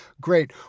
great